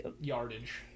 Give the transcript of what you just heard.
yardage